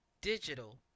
digital